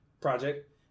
Project